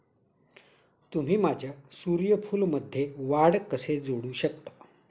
तुम्ही माझ्या सूर्यफूलमध्ये वाढ कसे जोडू शकता?